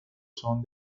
son